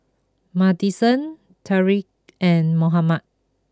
Madisen Tariq and Mohammad